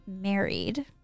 married